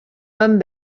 vam